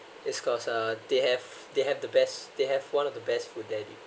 it's cause uh they have they have the best they have one of the best food there